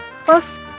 Plus